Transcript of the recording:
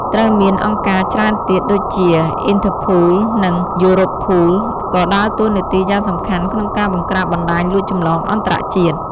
ត្រូវមានអង្គការច្រើនទៀតដូចជា អ៊ីនថើរភូល (Interpol) និង អ៊ឺរ៉ូភូល (Europol) ក៏ដើរតួនាទីយ៉ាងសំខាន់ក្នុងការបង្ក្រាបបណ្តាញលួចចម្លងអន្តរជាតិ។